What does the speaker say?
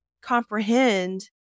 comprehend